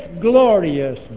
glorious